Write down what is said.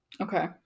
Okay